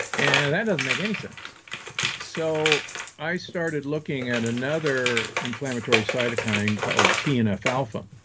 and that doesn't make any sense so i started looking at another inflammatory cytokine called tnf alpha.